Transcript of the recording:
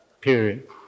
period